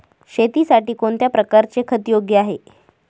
शेतीसाठी कोणत्या प्रकारचे खत योग्य आहे?